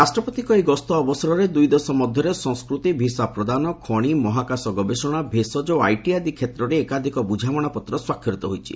ରାଷ୍ଟ୍ରପତିଙ୍କ ଏହି ଗସ୍ତ ଅବସରରେ ଦୁଇ ଦେଶ ମଧ୍ୟରେ ସଂସ୍କୃତି ଭିସା ପ୍ରଦାନ ଖଣି ମହାକାଶ ଗବେଷଣା ଭେଷଜ ଓ ଆଇଟି ଆଦି କ୍ଷେତ୍ରରେ ଏକାଧିକ ବୃଝାମଣା ପତ୍ର ସ୍ୱାକ୍ଷରିତ ହୋଇଛି